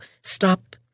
stop